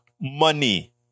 money